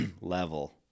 level